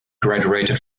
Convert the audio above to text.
graduated